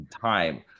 time